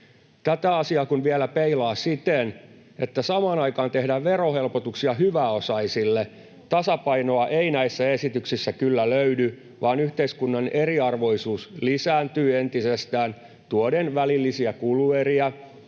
Tätä asiaa kun vielä peilaa siihen, että samaan aikaan tehdään verohelpotuksia hyväosaisille, tasapainoa ei näissä esityksissä kyllä löydy, vaan yhteiskunnan eriarvoisuus lisääntyy entisestään tuoden välillisiä kulueriä,